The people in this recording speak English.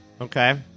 Okay